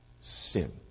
sin